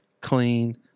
clean